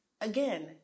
again